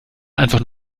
einfach